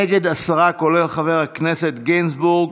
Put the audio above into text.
נגד, עשרה, כולל חבר הכנסת גינזבורג.